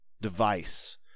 device